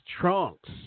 trunks